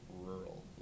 rural